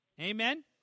Amen